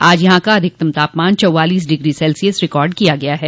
आज यहां का अधिकतम तापमान चौवालीस डिग्री सेल्सियस रिकार्ड किया गया है